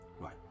Right